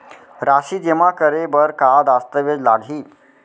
राशि जेमा करे बर का दस्तावेज लागही?